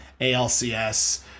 ALCS